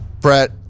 Brett